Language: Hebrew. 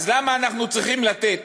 אז למה אנחנו צריכים לתת